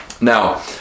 Now